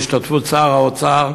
בהשתתפות שר האוצר,